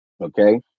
okay